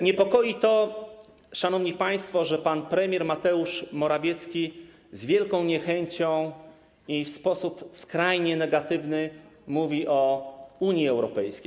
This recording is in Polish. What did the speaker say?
Niepokoi to, szanowni państwo, że pan premier Mateusz Morawiecki z wielką niechęcią i w sposób skrajnie negatywny mówi o Unii Europejskiej.